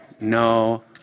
No